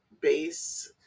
base